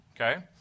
Okay